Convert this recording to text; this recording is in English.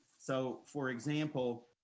so for example,